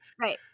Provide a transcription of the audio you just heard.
right